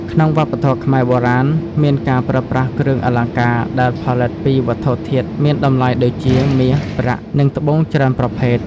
ក្នុងវប្បធម៌ខ្មែរបុរាណ មានការប្រើប្រាស់គ្រឿងអលង្ការដែលផលិតពីវត្ថុធាតុមានតម្លៃដូចជាមាស ប្រាក់ និងត្បូងច្រើនប្រភេទ។